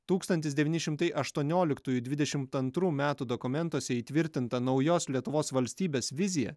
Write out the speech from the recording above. tūkstantis devyni šimtai aštuonioliktų dvidešimt antrų metų dokumentuose įtvirtinta naujos lietuvos valstybės vizija